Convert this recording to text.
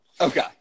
Okay